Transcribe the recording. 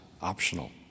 optional